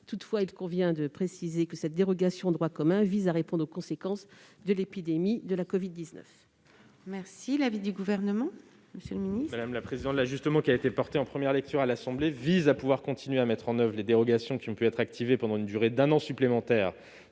Toutefois, il convient de préciser que cette dérogation au droit commun vise à répondre aux conséquences de l'épidémie de covid-19.